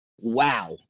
Wow